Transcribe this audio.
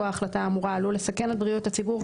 ההחלטה האמורה עלול לסכן את בריאות הציבור,